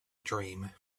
dream